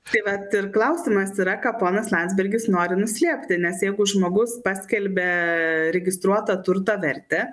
tai vat ir klausimas yra ką ponas landsbergis nori nuslėpti nes jeigu žmogus paskelbia neregistruoto turto vertę